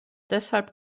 deshalb